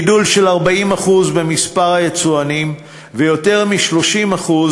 גידול של 40% במספר היצואנים ויותר מ-30%